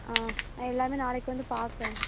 ஆ நான் எல்லாமே நாளைக்கு வந்து பாக்கேன்